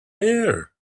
there